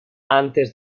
antes